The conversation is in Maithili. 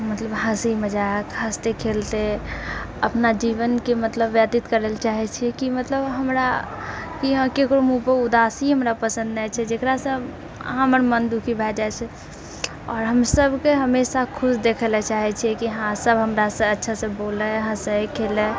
मतलब हँसी मजाक हँसते खेलते अपना जीवनके मतलब व्यतीत करै लऽ चाहैत छी कि मतलब हमरा किये ककरो मुँह पर उदासी हमरा पसन्द नहि छै जकरासँ आ हमर मन दुखी भए जाइ छै आओर हम सभके हमेशा खुश देखै लऽ चाहै छियै कि हाँ सभ हमरासँ अच्छासँ बोलै हँसै खेलै